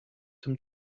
tym